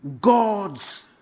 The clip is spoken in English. God's